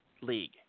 league